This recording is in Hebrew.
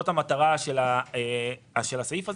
זאת המטרה של הסעיף הזה,